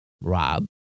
Rob